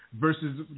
versus